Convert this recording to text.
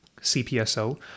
CPSO